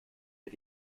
mit